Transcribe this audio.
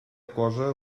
cosa